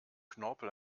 knorpel